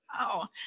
wow